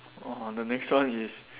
uh the next one is